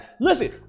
listen